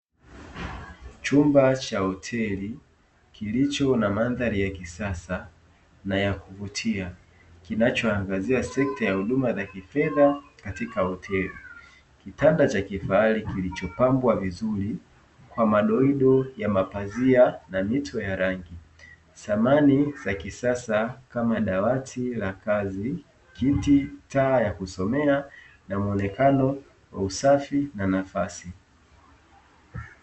Chumba cha hoteli kilicho na mandhari ya kisasa na ya kuvutia kinachoangazia sekta ya huduma za kifedha katika hoteli, kitanda cha kifahari kilichopambwa vizuri kwa madoido ya mapazia na mito ya rangi, samani za kisasa kama dawati la kazi, kiti, taa ya kusomea na muonekano wa usafi na nafasi.